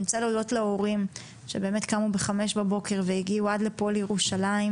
אני רוצה להודות להורים שבאמת קמו בשעה חמש בבוקר ובאו עד לפה-לירושלים,